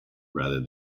rather